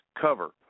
cover